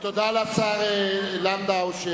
תודה לשר לנדאו.